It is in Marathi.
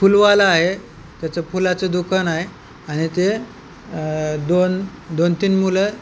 फुलवाला आहे त्याचं फुलाचं दुकान आहे आणि ते दोन दोन तीन मुलं